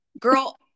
Girl